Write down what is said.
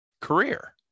career